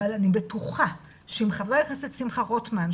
אבל אני בטוחה שאם חבר הכנסת שמחה רוטמן,